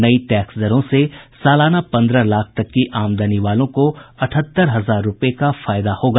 नई टैक्स दरों से सालाना पन्द्रह लाख तक की आमदनी वालों को अठहत्तर हजार रूपये का फायदा होगा